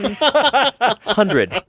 Hundred